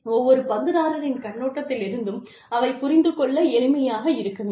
ஒவ்வொரு பங்குதாரரின் கண்ணோட்டத்திலிருந்தும் அவை புரிந்து கொள்ள எளிமையாக இருக்க வேண்டும்